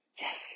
Yes